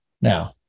now